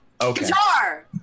guitar